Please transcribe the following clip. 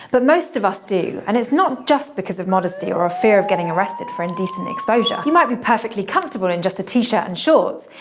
but most of us do, and it's not just because of modesty, or a fear of getting arrested for indecent exposure. you might be perfectly comfortable in just a t-shirt and shorts,